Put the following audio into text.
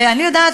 אני יודעת,